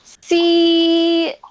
See